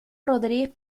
rodriguez